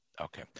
okay